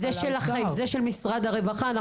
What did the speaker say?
זה של משרד הרווחה.